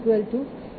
4 7